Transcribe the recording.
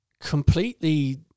completely